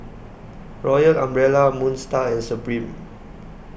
Royal Umbrella Moon STAR and Supreme